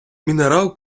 мінерал